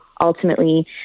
ultimately